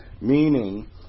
Meaning